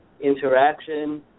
interaction